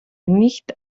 nicht